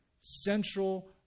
central